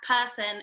person